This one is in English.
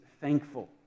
thankful